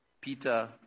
Peter